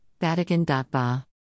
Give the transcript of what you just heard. Vatican.ba